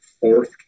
fourth